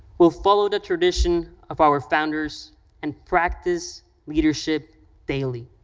will follow the tradition of our founders and practice leadership daily.